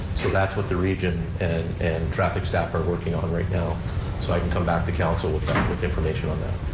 so that's what the region and and traffic staff are working on right now so i can come back to council with information on that.